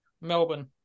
Melbourne